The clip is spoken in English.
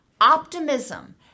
optimism